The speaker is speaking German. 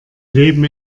leben